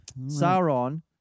Sauron